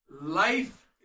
Life